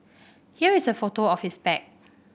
here is a photo of his bag